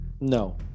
No